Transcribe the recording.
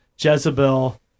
Jezebel